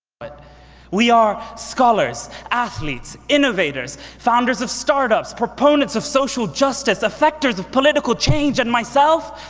but we are scholars, athletes, innovators, founders of startups, proponents of social justice, effectors of political change, and myself,